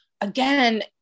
again